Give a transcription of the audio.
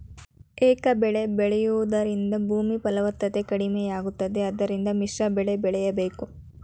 ಏಕಬೆಳೆ ಬೆಳೆಯೂದರಿಂದ ಭೂಮಿ ಫಲವತ್ತತೆ ಕಡಿಮೆಯಾಗುತ್ತದೆ ಆದ್ದರಿಂದ ಮಿಶ್ರಬೆಳೆ ಬೆಳೆಯಬೇಕು